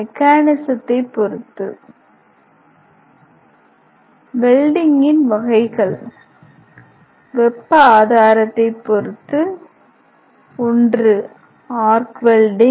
மெக்கானிஸத்தைப் பொறுத்து வெல்டிங்கின் வகைகள் வெப்ப ஆதாரத்தைப் பொறுத்து ஆர்க் வெல்டிங்